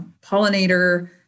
pollinator